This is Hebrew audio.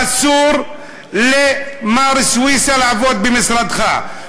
אסור למר סויסה לעבוד במשרדך.